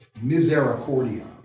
misericordia